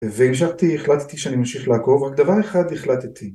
והמשכתי, החלטתי שאני ממשיך לעקוב, רק דבר אחד החלטתי.